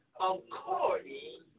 according